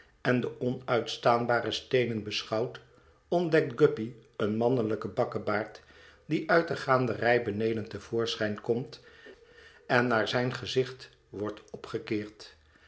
en de onuitstaanbare steenen beschouwt ontdekt guppy een mannelijken bakkebaard die uit de gaanderij beneden te voorschijn komt en naar zijn gezicht wordt opgekeerd